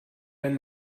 wenn